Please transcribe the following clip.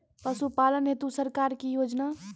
पशुपालन हेतु सरकार की योजना?